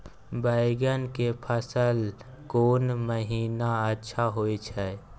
बैंगन के फसल कोन महिना अच्छा होय छै?